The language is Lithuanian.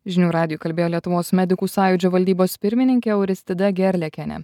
žinių radijui kalbėjo lietuvos medikų sąjūdžio valdybos pirmininkė auristida gerliakienė